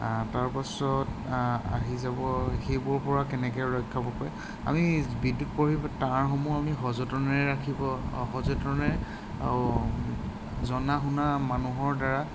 তাৰপাছত আহি যাব সেইবোৰৰ পৰা কেনেকৈ ৰক্ষা পাব পাৰি আমি বিদ্যুৎ পৰি তাঁৰসমূহ আমি সযতনেৰে ৰাখিব সযতনে জনা শুনা মানুহৰ দ্বাৰা